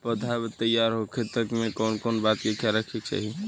पौधा तैयार होखे तक मे कउन कउन बात के ख्याल रखे के चाही?